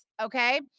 Okay